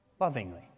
lovingly